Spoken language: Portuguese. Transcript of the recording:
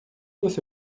você